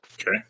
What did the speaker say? Okay